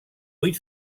vuit